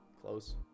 close